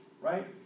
right